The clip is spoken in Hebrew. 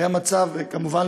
כמובן,